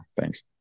Thanks